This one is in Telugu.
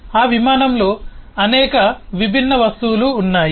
ఆ విమానంలో అనేక విభిన్న వస్తువులు ఉన్నాయి